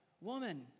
Woman